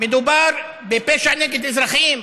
מדובר בפשע נגד אזרחים.